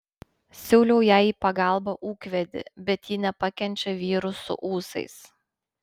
siūliau jai į pagalbą ūkvedį bet ji nepakenčia vyrų su ūsais